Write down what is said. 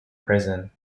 prison